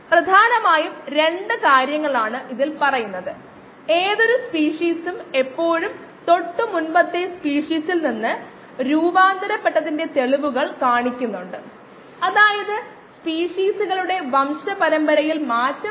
നമുക്ക് അതിൽ പ്രവേശിക്കാൻ താൽപ്പര്യമുണ്ടെങ്കിൽ അതുപോലെ നിരന്തരമായ പരിശ്രമത്തിലൂടെ ഒരു വിദഗ്ദ്ധൻ ആകാനും